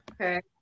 Okay